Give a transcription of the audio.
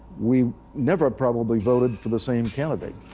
we never probably voted for the same candidate,